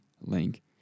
link